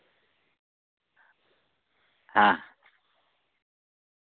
ᱦᱮᱸ